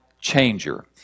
changer